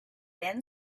thin